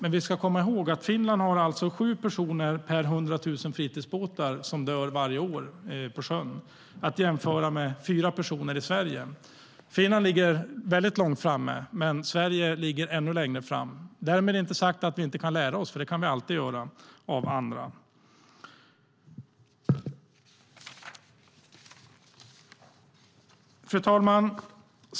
Men vi ska komma ihåg att Finland har 7 personer per 100 000 fritidsbåtar som dör varje år på sjön, att jämföra med 4 personer i Sverige. Finland ligger långt framme, men Sverige ligger ännu längre fram. Därmed inte sagt att vi inte kan lära oss av andra, för det kan vi alltid göra. Fru talman!